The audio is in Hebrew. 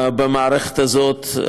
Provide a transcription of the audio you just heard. במערכת הזאת.